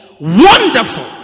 Wonderful